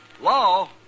Law